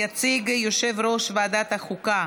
יציג יושב-ראש ועדת החוקה,